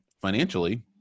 financially